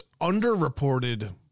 underreported